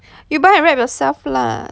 you buy and wrap yourself lah